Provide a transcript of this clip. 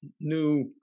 new